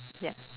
ya